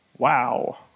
Wow